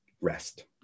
Rest